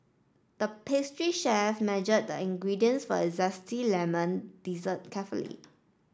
the pastry chef measured the ingredients for a zesty lemon dessert carefully